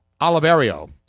Oliverio